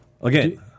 again